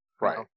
Right